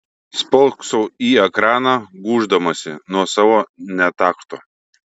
spoksau į ekraną gūždamasi nuo savo netakto